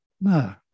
No